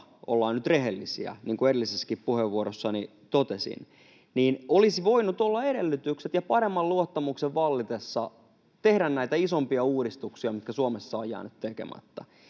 ollaan nyt rehellisiä, niin kuin edellisessäkin puheenvuorossani totesin — olisi voinut olla edellytykset, paremman luottamuksen vallitessa, tehdä näitä isompia uudistuksia, mitkä Suomessa ovat jääneet tekemättä.